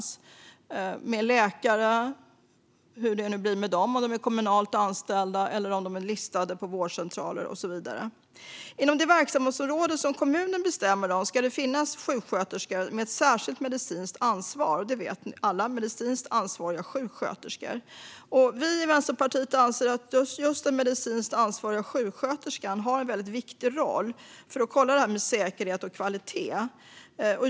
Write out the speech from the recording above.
Det ska finnas läkare, hur det nu blir med dem, om de kommer att vara kommunalt anställda eller listade på vårdcentraler och så vidare. Inom det verksamhetsområde som kommunen bestämmer om ska det finnas sjuksköterskor med ett särskilt medicinskt ansvar: medicinskt ansvariga sjuksköterskor. Vi i Vänsterpartiet anser att just den medicinskt ansvariga sjuksköterskan har en väldigt viktig roll i att kolla detta med säkerhet och kvalitet.